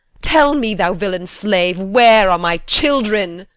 tell me, thou villain-slave, where are my children?